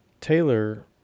Taylor